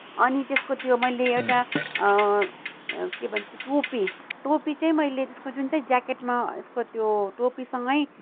अनि त्यसको त्यो मैले एउटा के भन्छ टोपी टोपी चाहिँ मैले त्यसको जुन चाहिँ ज्याकेटमा त्यसको त्यो टोपीसँगै